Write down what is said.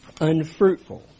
unfruitful